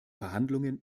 verhandlungen